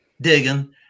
digging